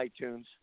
iTunes